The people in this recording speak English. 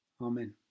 Amen